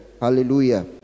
hallelujah